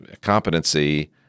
competency